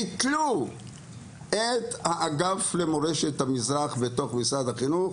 וביטלו את האגף למורשת המזרח בתוך משרד החינוך,